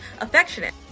affectionate